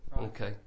Okay